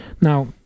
Now